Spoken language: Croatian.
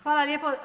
Hvala lijepo.